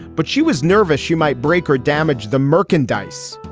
but she was nervous she might break or damage the merchandise.